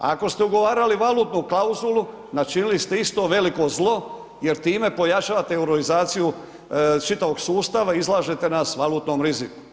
Ako ste ugovarali valutnu klauzulu, načinili ste isto veliko zlo jer time pojačavate eurorizaciju čitavog sustava, izlažete nas valutnom riziku.